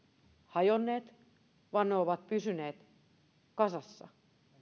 hajonneet vaan ne ovat pysyneet kasassa